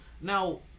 Now